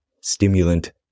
stimulant